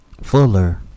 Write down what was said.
Fuller